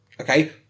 Okay